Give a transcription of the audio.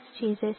Jesus